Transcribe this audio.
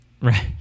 right